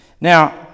Now